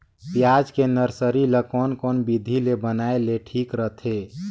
पियाज के नर्सरी ला कोन कोन विधि ले बनाय ले ठीक रथे?